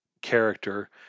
character